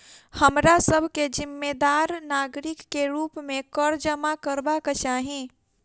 हमरा सभ के जिम्मेदार नागरिक के रूप में कर जमा करबाक चाही